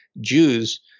Jews